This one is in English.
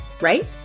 right